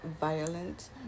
violent